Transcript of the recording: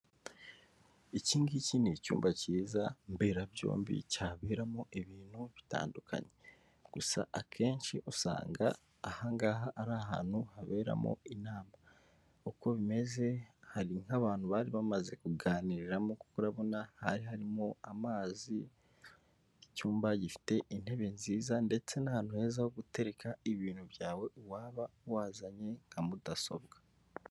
Iki ngiki ni icyumba cyiza mbera byombi cyaberamo ibintu bitandukanye, gusa akenshi usanga aha ngaha ari ahantu haberamo inama, uko bimeze hari nk'abantu bari bamaze kuganiriramo kuko urabona hari harimo amazi, icyumba gifite intebe nziza ndetse n'ahantu heza ho gutereka ibintu byawe waba wazanye nka mudasobwa.